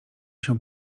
się